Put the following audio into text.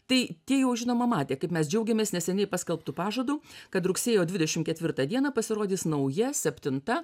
tai tie jau žinoma matė kaip mes džiaugiamės neseniai paskelbtu pažadu kad rugsėjo dvidešimt ketvirtą dieną pasirodys nauja septinta